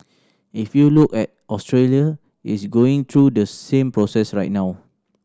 if you look at Australia it's going through the same process right now